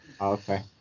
Okay